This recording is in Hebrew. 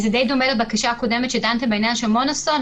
זה די דומה לבקשה הקודמת שדנתם בעניין של יהוד-מונוסון.